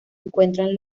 encuentran